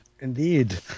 Indeed